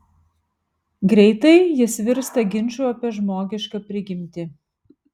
greitai jis virsta ginču apie žmogišką prigimtį